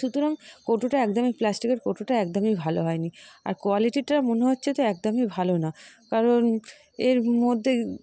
সুতরাং কৌটোটা একদমই প্লাস্টিকের কৌটোটা একদমই ভালো হয়নি আর কোয়ালিটিটা মনে হচ্ছে তো একদমই ভালো না কারণ এর মধ্যে